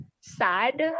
sad